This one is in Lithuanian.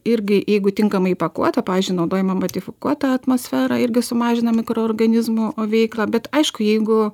irgi jeigu tinkamai įpakuota pavyzdžiui naudojama modifikuota atmosfera irgi sumažina mikroorganizmų veiklą bet aišku jeigu